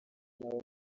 nawe